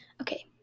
Okay